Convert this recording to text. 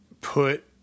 put